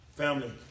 family